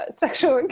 sexual